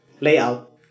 layout